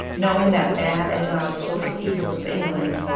knowing that bad as are the social evils of england,